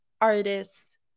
artists